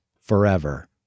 forever